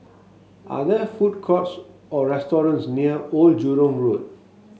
are there food courts or restaurants near Old Jurong Road